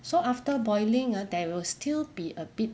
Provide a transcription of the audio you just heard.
so after boiling ah there will still be a bit